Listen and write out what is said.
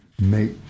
make